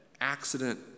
Accident